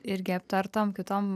irgi aptartom kitom